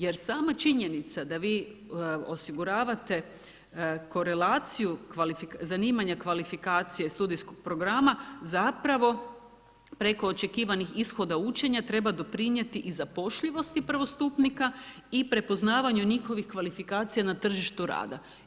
Jer sama činjenica, da vi osiguravate, korelaciju zanimanja kvalifikacija i studijskih programa, zapravo, preko očekivanih ishoda učenja treba doprinijeti i zapošljivost prvostupnika i prepoznavanje njihovih kvalifikacija na tržištu rada.